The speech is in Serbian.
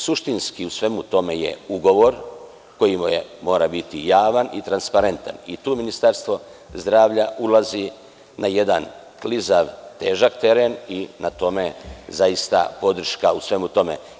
Suštinski, u svemu tome je ugovor koji mora biti javani transparentan, i tu Ministarstvo zdravlja ulazi na jedan klizav, težak teren i na tome zaista podrška u svemu tome.